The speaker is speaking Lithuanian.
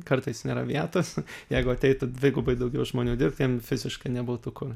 kartais nėra vietos jeigu ateitų dvigubai daugiau žmonių dirbt jiem fiziškai nebūtų kur